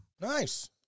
Nice